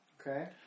Okay